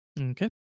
Okay